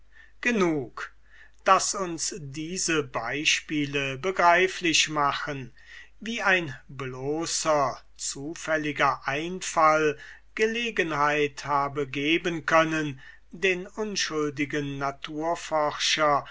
genug daß uns diese beispiele begreiflich machen wie ein bloßer zufälliger einfall gelegenheit habe geben können den unschuldigen naturforscher